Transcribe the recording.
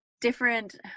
Different